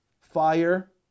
Fire